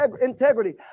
integrity